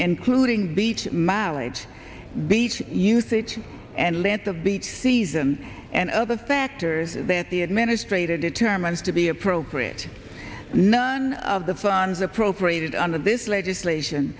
including beach maui beach you think and length of beach season and other factors that the administrator determines to be appropriate none of the funds appropriated under this legislation